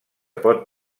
pot